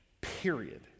period